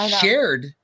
shared